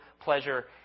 pleasure